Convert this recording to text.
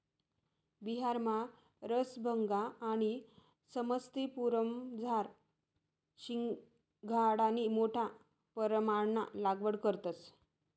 बिहारमा रसभंगा आणि समस्तीपुरमझार शिंघाडानी मोठा परमाणमा लागवड करतंस